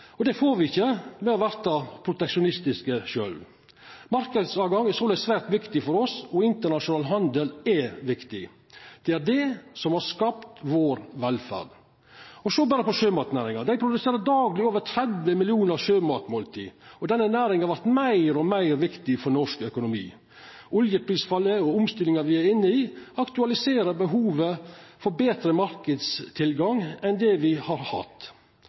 hamner. Det får me ikkje ved sjølve å verta proteksjonistiske. Marknadstilgang er såleis svært viktig for oss, og internasjonal handel er viktig. Det er det som har skapt vår velferd. Sjå berre på sjømatnæringa. Dei produserer dagleg over 30 millionar sjømatmåltid, og denne næringa vert meir og meir viktig for norsk økonomi. Oljeprisfallet og omstillinga me er inne i, aktualiserer behovet for betre marknadstilgang enn det me har hatt.